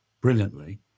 brilliantly